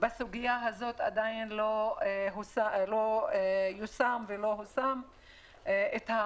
בסוגיה הזאת עדיין לא יושם ולא הושם המשקל